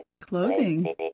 clothing